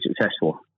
successful